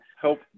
help